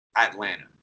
Atlanta